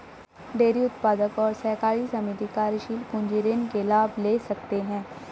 dairy उत्पादक और सहकारी समिति कार्यशील पूंजी ऋण के लाभ ले सकते है